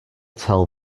tell